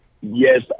Yes